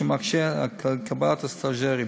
שמקשה על קבלת הסטז'רים.